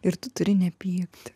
ir tu turi nepykti